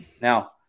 now